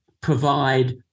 provide